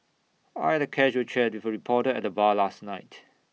I'd A casual chat with A reporter at the bar last night